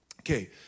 okay